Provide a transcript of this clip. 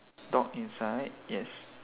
dog inside yes